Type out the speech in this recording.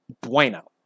bueno